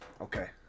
Okay